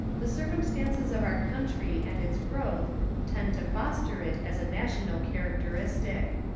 the circumstances of our country and its growth tend to foster it as a national characteristic.